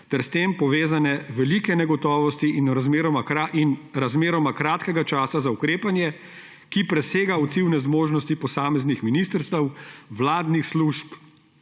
ter s tem povezane velike negotovosti in razmeroma kratkega časa za ukrepanje, ki presega odzivne zmožnosti posameznih ministrstev, vladnih služb,